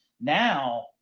now